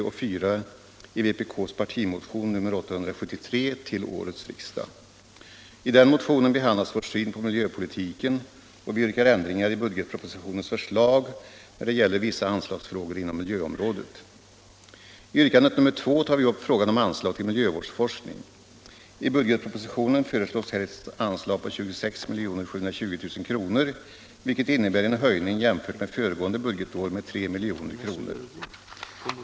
handlas vår syn på miljöpolitiken, och vi yrkar ändringar i budgetpropositionens förslag i vad gäller vissa anslagsfrågor inom miljöområdet. I yrkande nr2 tar vi upp frågan om anslag till miljövårdsforskning. I budgetpropositionen föreslås här ett anslag på 26 720 000 kr., vilket innebär en höjning jämfört med föregående budgetår med 3 milj.kr.